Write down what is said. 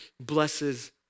blesses